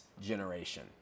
generation